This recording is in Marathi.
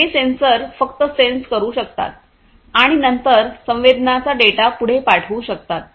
हे सेन्सर फक्त सेन्स करू शकतात आणि नंतर संवेदनांचा डेटा पुढे पाठवू शकतात